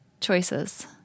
choices